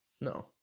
No